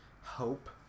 hope